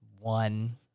one